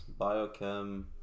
biochem